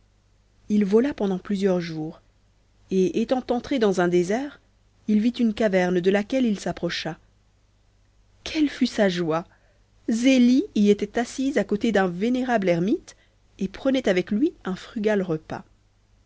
il vola pendant plusieurs jours et étant entré dans un désert il vit une caverne de laquelle il s'approcha quelle fut sa joie zélie y était assise à côté d'un vénérable ermite et prenait avec lui un frugal repas